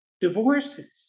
divorces